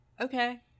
Okay